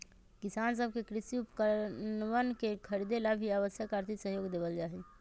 किसान सब के कृषि उपकरणवन के खरीदे ला भी आवश्यक आर्थिक सहयोग देवल जाहई